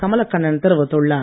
கமலக்கண்ணன் தெரிவித்துள்ளார்